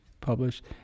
published